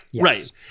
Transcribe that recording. Right